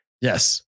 Yes